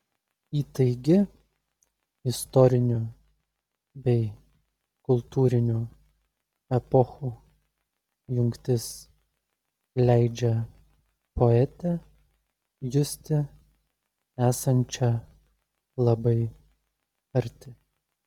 įtaigi istorinių bei kultūrinių epochų jungtis leidžia poetę justi esančią labai arti